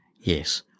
Yes